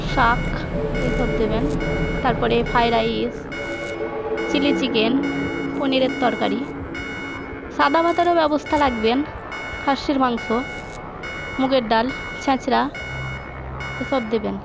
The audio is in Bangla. শাখ এসব দেবেন তারপরে ফ্রায়ড রাইস চিলি চিকেন পনিরের তরকারি সাদা ভাতেরও ব্যবস্থা রাখবেন খাসির মাংস মুগের ডাল ছ্যাঁচড়া এসব দেবেন